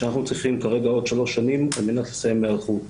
שאנחנו צריכים כרגע עוד שלוש שנים על מנת לסיים היערכות.